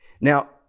Now